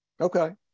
Okay